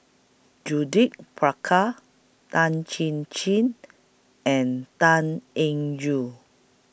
Judith Prakash Tan Chin Chin and Tan Eng Joo